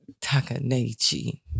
Takanechi